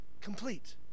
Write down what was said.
Complete